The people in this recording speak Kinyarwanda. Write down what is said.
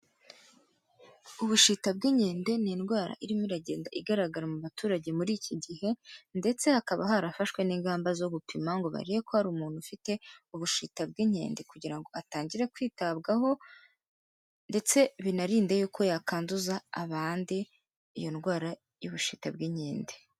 Ubushita bw'inkende ni indwara irimo iragenda igaragara mu baturage muri iki gihe ndetse hakaba harafashwe n'ingamba zo gupima ngo barebe ko hari umuntu ufite ubushita bw'inkende kugira ngo atangire kwitabwaho ndetse binarinde yuko yakanduza abandi iyo ndwara y'ubushita bw'inkende.